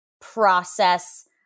process